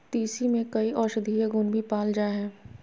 तीसी में कई औषधीय गुण भी पाल जाय हइ